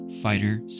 Fighter